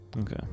Okay